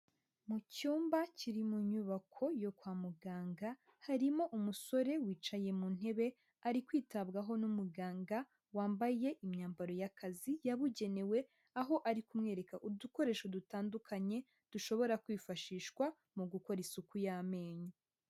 Mu cyumba kiri mu nyubako yo kwa muganga harimo umusore wicaye mu ntebe ari kwitabwaho n'umuganga wambaye imyambaro y'akazi yabugenewe, aho ari kumwereka udukoresho dutandukanye dushobora kwifashishwa mu gukora isuku y'amenyo.